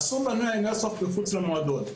אסור לנוע עם איירסופט מחוץ למועדון.